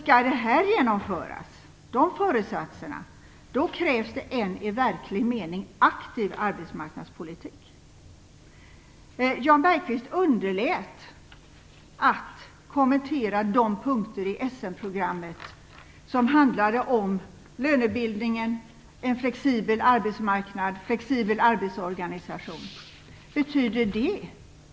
Om detta skall genomföras krävs en i verklig mening aktiv arbetsmarknadspolitik. Jan Bergqvist underlät att kommentera de punkter i Essenprogrammet som handlade om lönebildningen, en flexibel arbetsmarknad, flexibel arbetsorganisation.